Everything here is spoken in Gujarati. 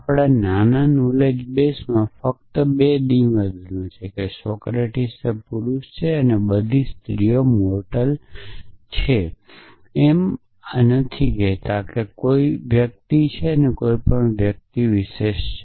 આપણા નાના નોલેજ બેસમાં ફક્ત 2 નિવેદનો છે કે સોક્રેટીસ તે પુરુષ છે અને તે બધી સ્ત્રીઓ મોરટલ આધાર એમ નથી કહેતો કે કોઈ પણ વ્યક્તિ છે કોઈ પણ વિશિષ્ટ વ્યક્તિ છે